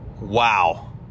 wow